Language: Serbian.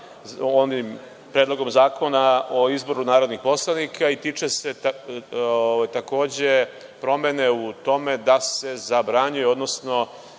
onim Predlogom Zakona o izboru narodnih poslanika i tiče se takođe promene u tome da se zabranjuje, odnosno